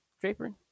draper